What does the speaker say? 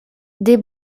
des